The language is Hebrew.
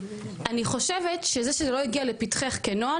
אני חושבת שזה שזה לא הגיע לפתחך כנוהל,